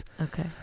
Okay